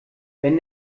wenn